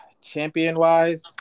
champion-wise